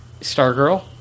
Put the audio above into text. Stargirl